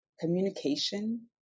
communication